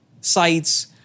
sites